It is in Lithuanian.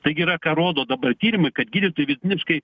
taigi yra ką rodo dabar tyrimai kad gydytojai vidutiniškai